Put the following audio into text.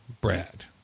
Brad